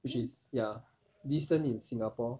which is ya decent in singapore